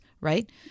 right